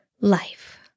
life